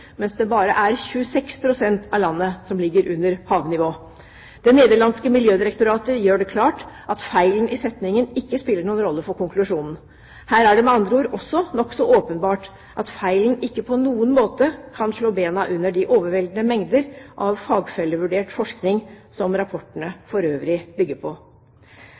mens det bare er 26 pst. av landet som ligger under havnivå. Det nederlandske miljødirektoratet gjør det klart at feilen i setningen ikke spiller noen rolle for konklusjonen. Her er det med andre ord også nokså åpenbart at feilen ikke på noen måte kan slå bena under de overveldende mengder av fagfellevurdert forskning som rapportene for øvrig bygger på.